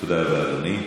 תודה רבה, אדוני.